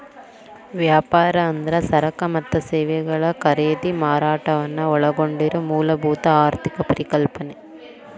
ವ್ಯಾಪಾರ ಅಂದ್ರ ಸರಕ ಮತ್ತ ಸೇವೆಗಳ ಖರೇದಿ ಮಾರಾಟವನ್ನ ಒಳಗೊಂಡಿರೊ ಮೂಲಭೂತ ಆರ್ಥಿಕ ಪರಿಕಲ್ಪನೆ